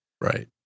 Right